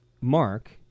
Mark